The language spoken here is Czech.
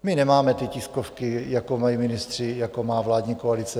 My nemáme tiskovky, jako mají ministři, jako má vládní koalice.